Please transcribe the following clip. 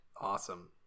awesome